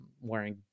wearing